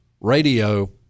radio